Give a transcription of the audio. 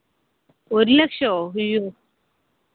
ഒരു ലക്ഷമോ അയ്യോ